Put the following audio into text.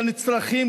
לנצרכים,